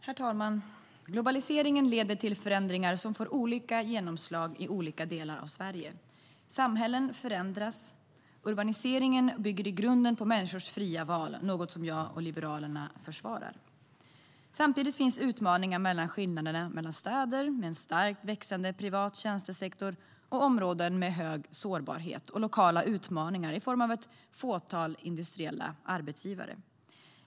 Herr talman! Globaliseringen leder till förändringar som får olika genomslag i olika delar av Sverige. Samhällen förändras, och urbaniseringen bygger i grunden på människors fria val. Det är något som jag och Liberalerna försvarar. Samtidigt finns utmaningar i skillnaderna mellan städer med en stark växande privat tjänstesektor och områden med stor sårbarhet och lokala utmaningar i form av ett fåtal industriella arbetsgivare.